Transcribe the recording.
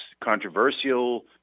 controversial